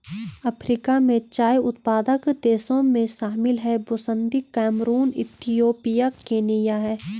Africa में चाय उत्पादक देशों में शामिल हैं बुसन्दी कैमरून इथियोपिया केन्या है